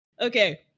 Okay